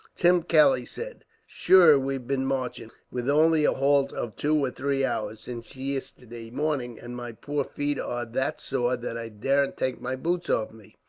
tim kelly said. shure we've bin marching, with only a halt of two or three hours, since yisterday morning and my poor feet are that sore that i daren't take my boots off me,